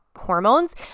hormones